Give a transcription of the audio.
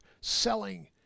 selling